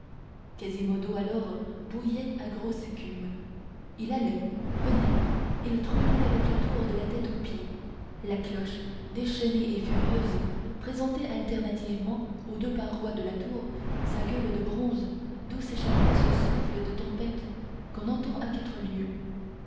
quasimodo alors bouillait à grosse écume il allait venait il tremblait avec la tour de la tête aux pieds la cloche déchaînée et furieuse présentait alternativement aux deux parois de la tour sa gueule de bronze d'où s'échappait ce souffle de tempête qu'on entend à quatre lieues